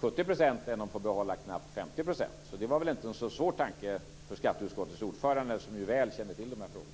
70 % än om de får behålla knappt 50 %. Så det var väl inte så svår tanke för skatteutskottets ordförande, som ju väl känner till dessa frågor.